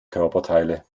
körperteile